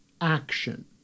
action